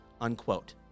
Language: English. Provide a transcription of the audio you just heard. unquote